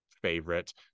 favorite